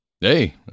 Hey